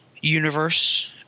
universe